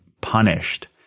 punished